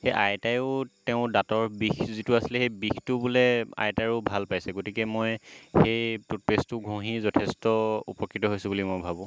এই আইতাইও তেওঁৰ দাঁতৰ বিষ যিটো আছিলে সেই বিষটো বোলে আইতাৰো ভাল পাইছে গতিকে মই সেই টুথপেষ্টটো ঘঁহি যথেষ্ট উপকৃত হৈছোঁ বুলি মই ভাবোঁ